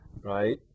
right